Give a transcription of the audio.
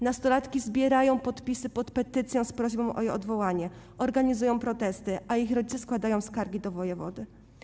Nastolatki zbierają podpisy pod petycją z prośbą o jej odwołanie, organizują protesty, a ich rodzice składają skargi do wojewody.